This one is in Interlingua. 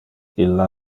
illa